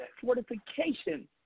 fortification